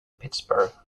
pittsburgh